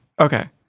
Okay